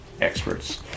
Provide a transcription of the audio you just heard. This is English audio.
experts